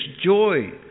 joy